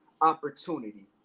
opportunity